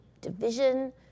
division